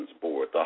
Board